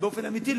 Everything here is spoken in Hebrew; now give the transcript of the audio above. באופן אמיתי,